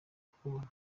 kukubona